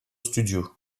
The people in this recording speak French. studio